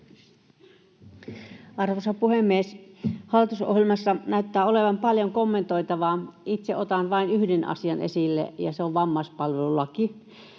Arvoisa puhemies! Hallitusohjelmassa näyttää olevan paljon kommentoitavaa. Itse otan vain yhden asian esille, ja se on vammaispalvelulaki.